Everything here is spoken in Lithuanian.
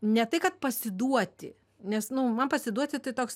ne tai kad pasiduoti nes nu man pasiduoti tai toks